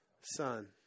son